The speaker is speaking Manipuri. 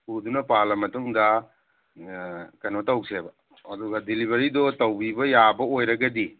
ꯎꯗꯨꯅ ꯄꯥꯜꯂ ꯃꯇꯨꯡꯗ ꯀꯩꯅꯣ ꯇꯧꯁꯦꯕ ꯑꯗꯨꯒ ꯗꯦꯂꯤꯚꯔꯤꯗꯣ ꯇꯧꯕꯤꯕ ꯌꯥꯕ ꯑꯣꯏꯔꯒꯗꯤ